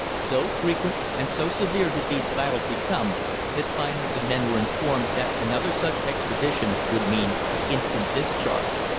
so frequent and so severe did these battles become that finally the men were informed that another such expedition would mean instant discharge.